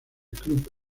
club